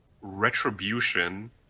retribution